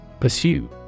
Pursue